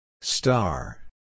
Star